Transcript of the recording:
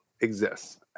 exists